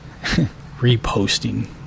Reposting